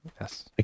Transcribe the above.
Yes